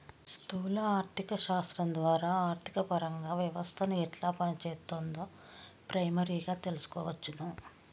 స్థూల ఆర్థిక శాస్త్రం ద్వారా ఆర్థికపరంగా వ్యవస్థను ఎట్లా పనిచేత్తుందో ప్రైమరీగా తెల్సుకోవచ్చును